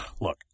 look